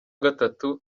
gatatu